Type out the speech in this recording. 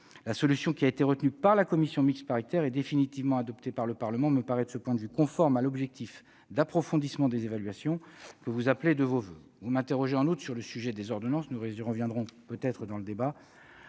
La solution qui a été retenue par la commission mixte paritaire et définitivement adoptée par le Parlement me paraît de ce point de vue conforme à l'objectif d'approfondissement des évaluations que vous appelez de vos voeux. Vous m'interrogez en outre sur les ordonnances. Leur nombre varie de